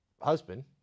husband